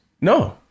No